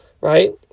right